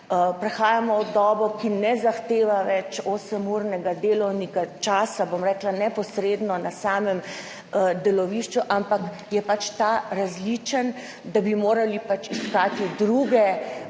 prehajamo v dobo, ki ne zahteva več osemurnega delovnega časa neposredno na samem delovišču, ampak je pač ta različen, da bi morali iskati druge